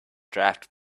draft